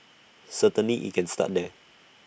certainly IT can start there